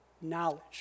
knowledge